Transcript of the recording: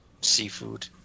Seafood